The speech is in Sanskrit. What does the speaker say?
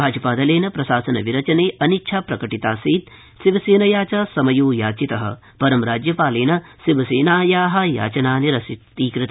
भाज ादलेन प्रशासनविरचने अनिच्छा प्रकटितासीत शिवसेनया च समयो याचितः रं राज्य ालेन शिवसेनाया याचना निराकता